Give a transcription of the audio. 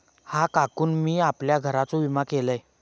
हा, काकानु मी आपल्या घराचो विमा केलंय